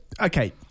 Okay